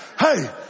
Hey